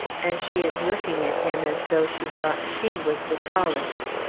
and she is looking at him as though she thought she was the tallest.